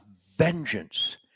vengeance